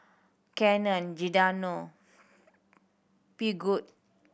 Canon Giordano Peugeot